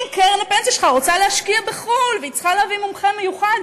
אם קרן הפנסיה שלך רוצה להשקיע בחו"ל והיא צריכה להביא מומחה מיוחד,